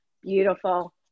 beautiful